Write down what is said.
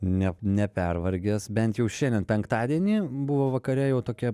ne nepervargęs bent jau šiandien penktadienį buvo vakare jau tokia